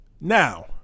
Now